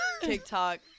TikTok